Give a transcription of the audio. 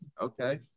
Okay